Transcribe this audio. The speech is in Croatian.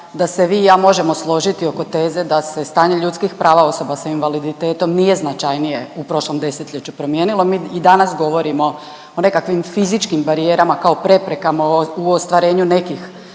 da se vi i ja možemo složiti oko teze da se stanje ljudskih prava osoba s invaliditetom nije značajnije u prošlom desetljeću promijenilo. Mi i danas govorimo o nekakvim fizičkim barijerama kao preprekama u ostvarenju nekih